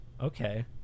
okay